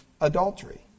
adultery